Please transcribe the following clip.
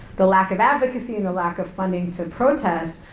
the lack of advocacy and the lack of funding to protest,